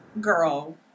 girl